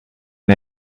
and